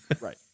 right